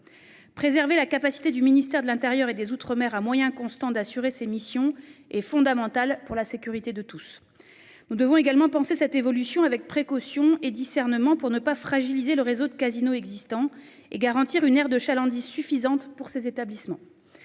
préserver la capacité du ministère de l'Intérieur et des Outre-mer à moyens constants d'assurer ses missions est fondamental pour la sécurité de tous. Nous devons également penser cette évolution avec précaution et discernement pour ne pas fragiliser le réseau de casinos existants et garantir une aire de chalandise suffisante pour ces établissements.